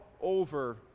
over